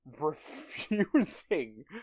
refusing